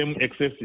excessive